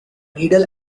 needle